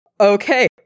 Okay